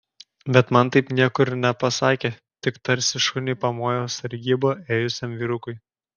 bet man taip nieko ir nepasakė tik tarsi šuniui pamojo sargybą ėjusiam vyrukui